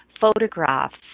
photographs